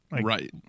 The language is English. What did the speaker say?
right